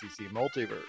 Multiverse